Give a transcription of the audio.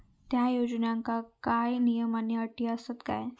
त्या योजनांका काय नियम आणि अटी आसत काय?